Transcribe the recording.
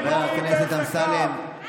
חבר הכנסת אמסלם,